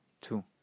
two